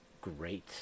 great